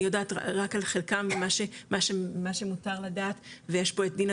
אני יודעת רק על חלקם מה שמותר לדעת ויש פה את דינה